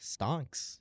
Stonks